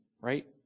right